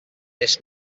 this